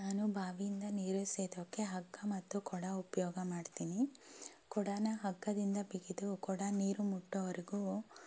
ನಾನು ಬಾವಿಯಿಂದ ನೀರು ಸೇದೋಕ್ಕೆ ಹಗ್ಗ ಮತ್ತು ಕೊಡ ಉಪಯೋಗ ಮಾಡ್ತೀನಿ ಕೊಡನ ಹಗ್ಗದಿಂದ ಬಿಗಿದು ಕೊಡ ನೀರು ಮುಟ್ಟೋವರೆಗೂ